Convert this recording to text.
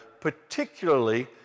particularly